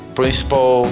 principal